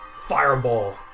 fireball